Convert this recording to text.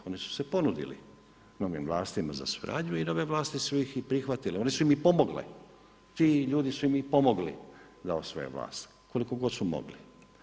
Oni su se ponudili novim vlastima za suradnju i nove vlasti su ih i prihvatili, one su im pomogle, ti ljudi su im i pomogli da osvoje vlast koliko god su mogli.